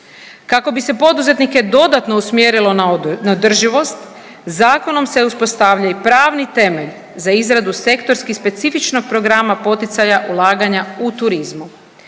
Kako bi se poduzetnike dodatno usmjerilo na održivost zakonom se uspostavlja i pravni temelj za izradu sektorski specifičnog programa poticaja ulaganja u turizmu.